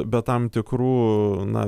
be tam tikrų na